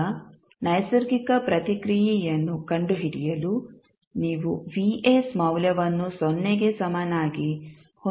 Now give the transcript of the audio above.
ಈಗ ನೈಸರ್ಗಿಕ ಪ್ರತಿಕ್ರಿಯೆಯನ್ನು ಕಂಡುಹಿಡಿಯಲು ನೀವು Vs ಮೌಲ್ಯವನ್ನು ಸೊನ್ನೆಗೆ ಸಮನಾಗಿ ಹೊಂದಿಸಬೇಕಾಗುತ್ತದೆ